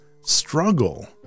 struggle